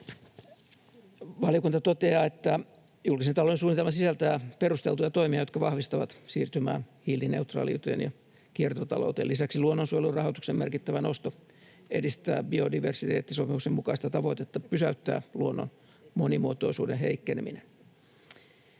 Valiokunta toteaa, että julkisen talouden suunnitelma sisältää perusteltuja toimia, jotka vahvistavat siirtymää hiilineutraaliuteen ja kiertotalouteen. Lisäksi luonnonsuojelurahoituksen merkittävä nosto edistää biodiversiteettisopimuksen mukaista tavoitetta pysäyttää luonnon monimuotoisuuden heikkeneminen.